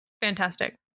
Fantastic